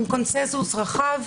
עם קונצנזוס רחב,